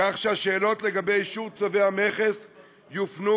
כך שהשאלות לגבי אישור צווי המכס יופנו,